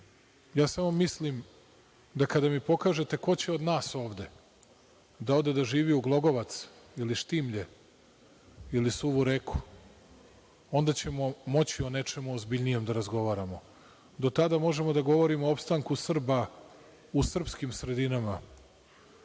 mislim da kada mi pokažete ko će od nas ovde da ode da živi u Glogovac ili Štimlje ili Suvu Reku, onda ćemo moći o nečemu ozbiljnijem da razgovaramo. Do tada možemo da govorimo o opstanku Srba u srpskim sredinama. Nemojte